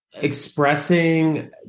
expressing